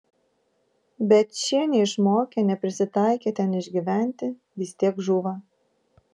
bet šie neišmokę neprisitaikę ten išgyventi vis tiek žūva